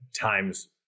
times